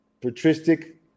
patristic